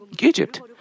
Egypt